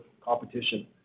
competition